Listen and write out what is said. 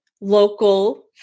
local